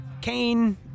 Kane